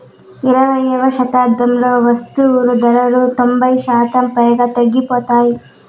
ఇరవైయవ శతాబ్దంలో వస్తువులు ధరలు తొంభై శాతం పైగా తగ్గిపోయాయి